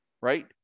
right